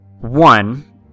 One